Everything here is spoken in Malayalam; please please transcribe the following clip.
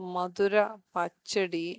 മധുരപ്പച്ചടി